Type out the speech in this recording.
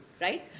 right